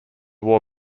war